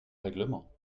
règlement